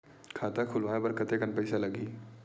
खाता खुलवाय बर कतेकन पईसा लगही?